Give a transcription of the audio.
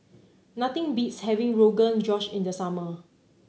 nothing beats having Rogan Josh in the summer